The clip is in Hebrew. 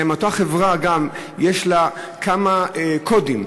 אלא לאותה חברה יש כמה קודים.